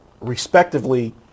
respectively